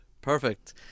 Perfect